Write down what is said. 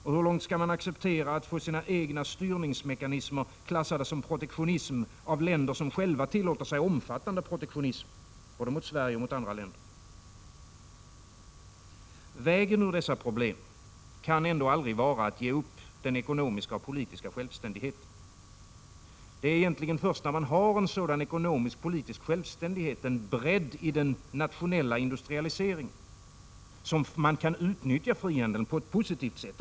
Och hur långt skall man acceptera att få — Politiska frågor sina egna styrningsmekanismer klassade som protektionism av länder som själva tillåter sig omfattande protektionism mot både Sverige och andra länder? Vägen ur dessa problem kan aldrig vara att ge upp den ekonomiska och politiska självständigheten. Det är egentligen först när man har en sådan ekonomisk och politisk självständighet och en bredd i den nationella industrialiseringen, som man kan utnyttja frihandeln på ett positivt sätt.